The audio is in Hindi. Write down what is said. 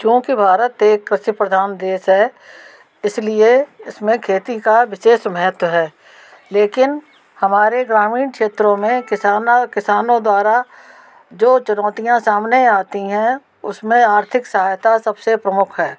क्योंकि भारत एक कृषि प्रधान देश है इस लिए इस में खेती का विशेष महत्व है लेकिन हमारे ग्रामीण क्षेत्रों में किसान किसानों द्वारा जो चुनौतियाँ सामने आती हैं उस में आर्थिक सहायता सब से प्रमुख है